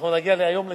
אנחנו נגיע היום ל-95.